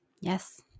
Yes